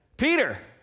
Peter